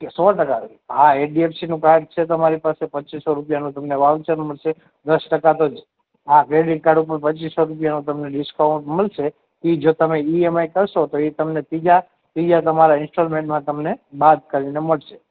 સો ટકા હા H D F સીનું કાર્ડ છે તમારી પાસે પચ્ચીસ સો રૂપિયા વાઉચર મળશે દસ ટકા તો આ ક્રેડિટ કાર્ડ ઉપર તમને પચ્ચીસ સો રૂપિયા સુધીનું તમને ડિસ્કાઉન્ટ મળશે એ જો તમે ઈ એમ આઈ કરશો તો એ તમને ત્રીજા ત્રીજા તમારા ઇન્સ્ટોલમેન્ટમાં તમને બાદ કરીને મળશે